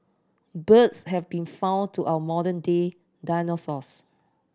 birds have been found to our modern day dinosaurs